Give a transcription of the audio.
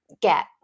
get